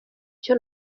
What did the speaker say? icyo